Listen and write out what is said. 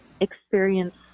experience